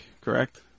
correct